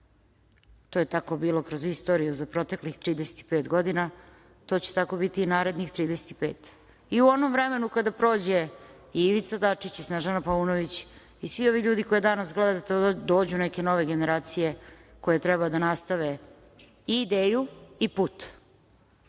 To je tako bilo kroz istoriju za proteklih 35 godina, to će tako biti i narednih 35 i u onom vremenu kada prođe i Ivica Dačić i Snežana Paunović i svi ovi ljudi koje danas gledate, a dođu neke nove generacije koje treba da nastave ideju i